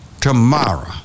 tomorrow